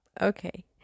okay